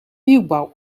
nieuwbouw